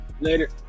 later